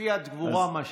מפי הגבורה, מה שנקרא.